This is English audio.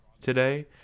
today